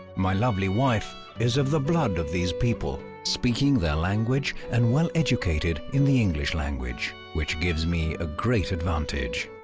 my lovely wife is of the blood of these people, speaking their language and well educated in the english language, which gives me a great advantage.